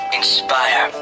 inspire